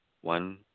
one